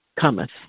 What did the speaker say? cometh